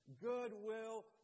goodwill